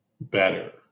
better